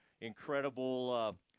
incredible